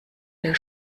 der